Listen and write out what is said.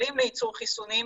מפעלים לייצור חיסונים,